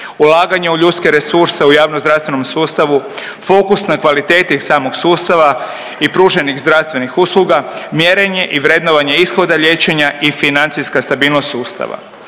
ulaganja u ljudske resurse u javnozdravstvenom sustavu, fokus na kvaliteti samog sustava i pruženih zdravstvenih usluga, mjerenje i vrednovanje ishoda liječenja i financijska stabilnost sustava.